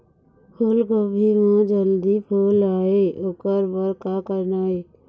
फूलगोभी म जल्दी फूल आय ओकर बर का करना ये?